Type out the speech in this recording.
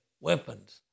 weapons